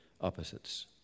opposites